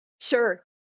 Sure